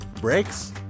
Brakes